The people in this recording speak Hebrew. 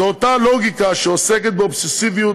זו אותה הלוגיקה שעוסקת באובססיביות